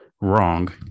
wrong